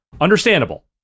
understandable